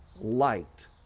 liked